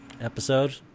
Episode